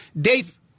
Dave